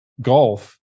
golf